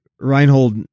Reinhold